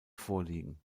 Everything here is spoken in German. vorliegen